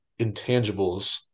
intangibles